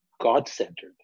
God-centered